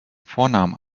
vornamen